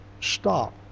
stop